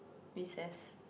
recess